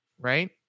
right